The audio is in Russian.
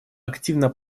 активно